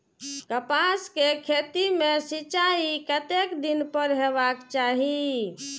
कपास के खेती में सिंचाई कतेक दिन पर हेबाक चाही?